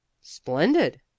splendid